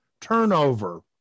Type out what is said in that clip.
turnover